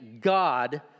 God